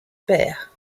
perd